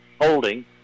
Holding